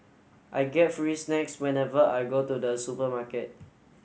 I get free snacks whenever I go to the supermarket